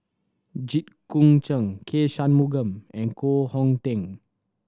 Jit Koon Ch'ng K Shanmugam and Koh Hong Teng